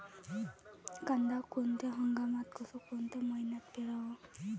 कांद्या कोनच्या हंगामात अस कोनच्या मईन्यात पेरावं?